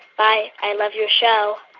bye. i love your show